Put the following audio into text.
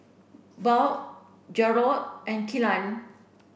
Buell Garold and Kelan